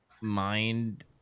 mind